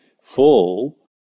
fall